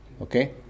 okay